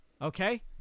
Okay